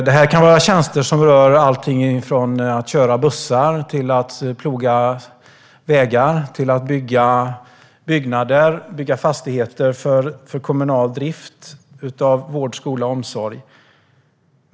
Det kan handla om tjänster som rör alltifrån att köra bussar till att ploga vägar och bygga fastigheter för kommunal drift av vård, skola och omsorg.